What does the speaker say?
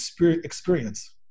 experience